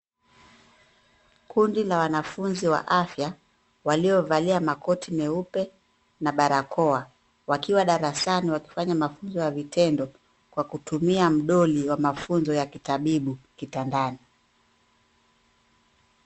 Kundi la wanafunzi wa afya, waliovalia makoti meupe na barakoa, wakiwa darasani wakifanya mafunzo ya vitendo, kwa kutumia mdoli wa mafunzo ya kitabibu, kitandani.